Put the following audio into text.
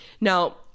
Now